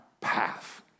path